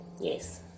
Yes